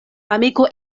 amiko